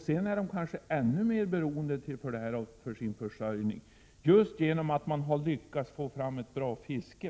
Sedan är de kanske ännu mer beroende av detta för sin försörjning, just genom att man lyckats få fram ett bra fiske.